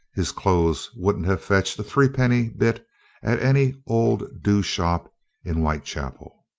his clothes wouldn't have fetched a three penny-bit at any old do shop in whitechapel.